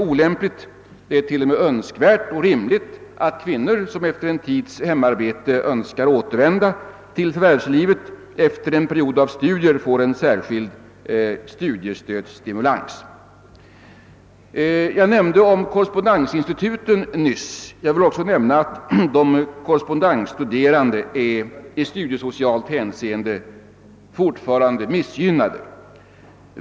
Det är t.o.m. önskvärt och rimligt att kvinnor, som efter en tids hemarbete önskar återvända till förvärvslivet via en period av studier, får en särskild studiestödsstimulans. Jag nämnde nyss korrespondensinstituten, och jag vill tillägga att de korrespondensstuderande i studiesocialt hänseende fortfarande är missgynnade.